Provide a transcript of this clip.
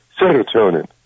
serotonin